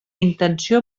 intenció